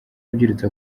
yabyirutse